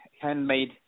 handmade